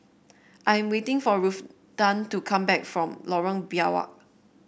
I am waiting for to come back from Lorong Biawak